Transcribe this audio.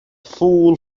fool